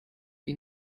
ihn